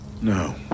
no